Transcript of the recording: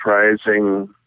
surprising